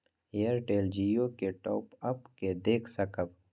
Airtel Jio के top up के देख सकब?